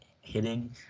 hitting